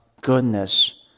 goodness